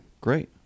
Great